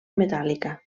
metàl·lica